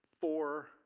four